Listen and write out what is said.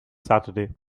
saturday